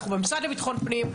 אנחנו במשרד לביטחון הפנים,